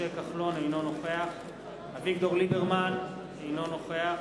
אינו נוכח אביגדור ליברמן, אינו נוכח